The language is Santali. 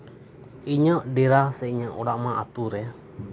ᱤᱧᱟᱹᱜ ᱰᱮᱨᱟ ᱥᱮ ᱤᱧᱟᱹᱜ ᱚᱲᱟᱜ ᱢᱟ ᱟᱛᱳ ᱨᱮ